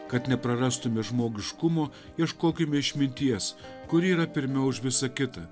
kad neprarastume žmogiškumo ieškokime išminties kuri yra pirmiau už visa kita